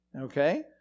okay